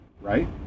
right